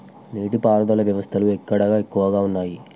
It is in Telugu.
నీటి పారుదల వ్యవస్థలు ఎక్కడ ఎక్కువగా ఉన్నాయి?